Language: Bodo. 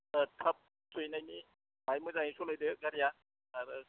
थाब फैनायनि बाय मोजाङै सलायदो गारिया आरो